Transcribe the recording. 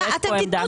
כי יש פה עמדת ממשלה.